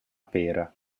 pera